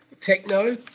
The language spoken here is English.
Techno